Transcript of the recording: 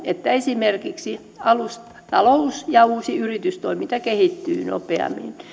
että esimerkiksi alustatalous ja uusi yritystoiminta kehittyvät nopeammin